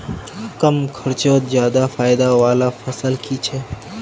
कम खर्चोत ज्यादा फायदा वाला फसल की छे?